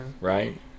right